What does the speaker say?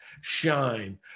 shine